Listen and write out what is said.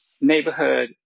neighborhood